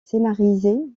scénarisés